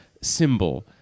symbol